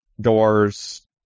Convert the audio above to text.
doors